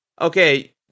okay